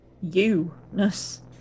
you-ness